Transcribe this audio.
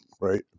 right